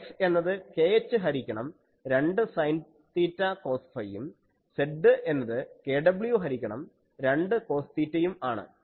X എന്നത് kh ഹരിക്കണം 2 sine theta cos ഫൈയും Z എന്നത് kw ഹരിക്കണം 2 കോസ് തീറ്റയും ആണ്